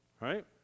right